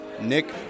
nick